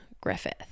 Griffith